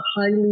highly